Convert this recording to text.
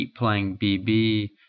keepplayingbb